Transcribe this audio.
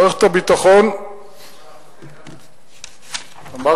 מערכת הביטחון, כמה זה 5%?